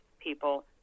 people